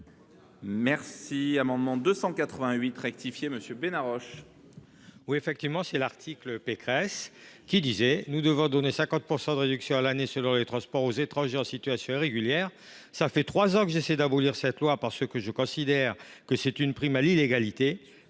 l’amendement n° 288 rectifié. En effet, c’est l’article Pécresse. Celle ci disait :« Nous devons donner 50 % de réduction à l’année selon les transports aux étrangers en situation irrégulière. Cela fait trois ans que j’essaie d’abolir cette loi, parce que je considère que c’est une prime à l’illégalité.